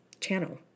channel